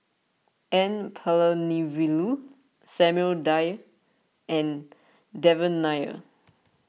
N Palanivelu Samuel Dyer and Devan Nair